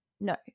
No